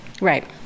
right